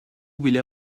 bile